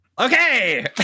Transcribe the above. Okay